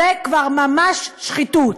זה כבר ממש שחיתות.